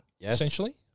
essentially